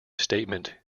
statement